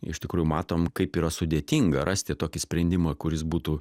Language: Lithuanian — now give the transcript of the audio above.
iš tikrųjų matom kaip yra sudėtinga rasti tokį sprendimą kuris būtų